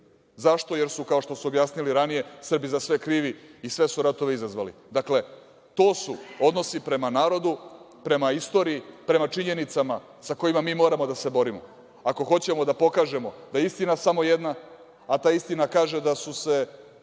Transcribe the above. Zašto? Jer su kao što su objasnili ranije, Srbi za sve krivi i sve su ratove izazvali. Dakle, to su odnosi prema narodu, prema istoriji, prema činjenicama sa kojima mi moramo da se borimo ako hoćemo da pokažemo da je istina samo jedna, a ta istina kaže da su se